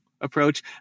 approach